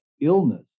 illness